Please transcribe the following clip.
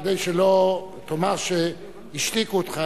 כדי שלא תאמר שהשתיקו אותך,